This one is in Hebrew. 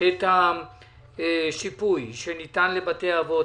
את השיפוי שניתן לבתי האבות.